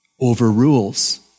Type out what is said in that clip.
overrules